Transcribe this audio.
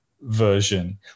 version